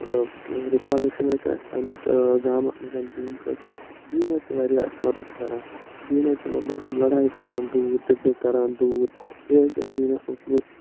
مطلب رِکاگنیشَن حظ چھِ اَسہِ پَنٛنِس گامَس منٛز دیٖنہٕ سۭتۍ دیٖن حظ چھِ واریاہ اَسہِ مدد کران دیٖن حظ چھِ مطلب لڑٲے کران دوٗر جھگڑٕ کران دوٗر بیٚیہِ حظ چھِ دیٖنَس منٛز معٲفی